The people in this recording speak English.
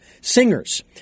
singers